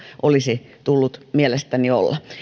olisi tullut tässä lisätalousarviossa mielestäni olla